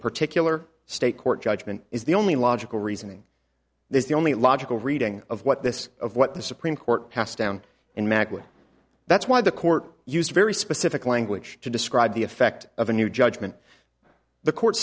particular state court judgment is the only logical reasoning is the only logical reading of what this of what the supreme court has down in magna that's why the court used very specific language to describe the effect of a new judgment the court